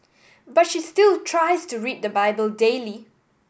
but she still tries to read the Bible daily